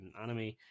anime